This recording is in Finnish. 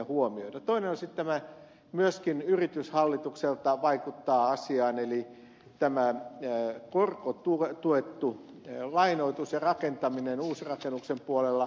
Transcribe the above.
toinen on sitten tämä myöskin yritys hallitukselta vaikuttaa asiaan eli tämä korkotuettu lainoitus ja rakentaminen uusrakentamisen puolella